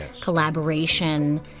collaboration